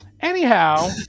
Anyhow